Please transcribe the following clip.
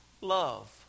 love